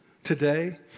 today